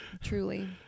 Truly